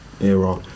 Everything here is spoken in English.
Era